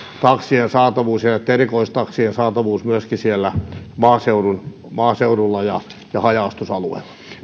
taksien saatavuus ja erikoistaksien saatavuus myöskin siellä maaseudulla ja ja haja asutusalueilla